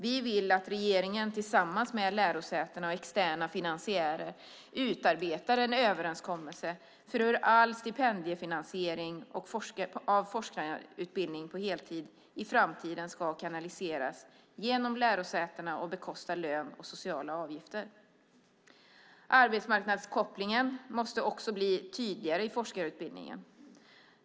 Vi vill att regeringen tillsammans med lärosäten och externa finansiärer utarbetar en överenskommelse för hur all stipendiefinansiering av forskarutbildning på heltid i framtiden ska kanaliseras genom lärosätena och bekostar lön och sociala avgifter. Arbetsmarknadskopplingen måste också bli tydligare i forskarutbildningen.